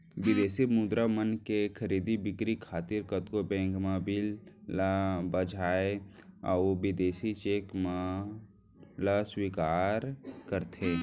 बिदेसी मुद्रा मन के खरीदी बिक्री खातिर कतको बेंक मन बिल ल भँजाथें अउ बिदेसी चेक मन ल स्वीकार करथे